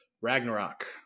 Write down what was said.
Ragnarok